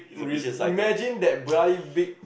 risk imagine that bloody big